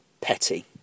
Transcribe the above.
petty